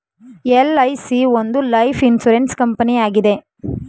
LIC ಒಂದು life insurance ಕಂಪನಿಯಾಗಿದೆ